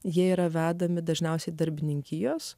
jie yra vedami dažniausiai darbininkijos